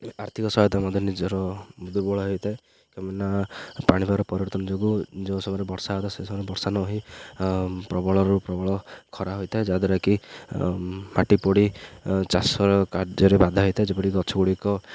ଆର୍ଥିକ ସହାୟତା ମଧ୍ୟ ନିଜର ଦୁର୍ବଳ ହୋଇଥାଏ କିନା ପାଣିିପାଗ ପରିବର୍ତ୍ତନ ଯୋଗୁଁ ଯେଉଁ ସମୟରେ ବର୍ଷା ହେଥାଏ ସେ ସମୟରେ ବର୍ଷା ନ ହୋଇ ପ୍ରବଳରୁ ପ୍ରବଳ ଖରା ହୋଇଥାଏ ଯାହାଦ୍ୱାରା କି ମାଟିପୋଡ଼ି ଚାଷର କାର୍ଯ୍ୟରେ ବାଧା ହୋଇଇଥାଏ ଯେପରି ଗଛ ଗୁଡ଼ିକ